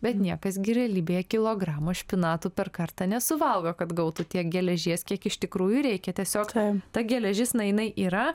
bet niekas gi realybėje kilogramo špinatų per kartą nesuvalgo kad gautų tiek geležies kiek iš tikrųjų reikia tiesiog ta geležis na jinai yra